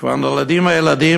כשכבר נולדים הילדים,